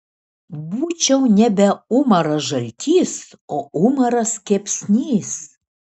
būčiau nebe umaras žaltys o umaras kepsnys